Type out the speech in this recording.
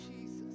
Jesus